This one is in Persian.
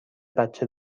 بچه